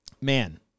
man